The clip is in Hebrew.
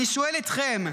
אני שואל אתכם: